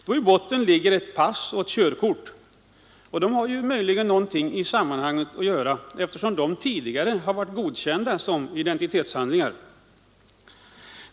I botten ligger ett pass och ett körkort. De har möjligen någonting att göra i sammanhanget, eftersom de tidigare har varit godkända som legitimationshandlingar.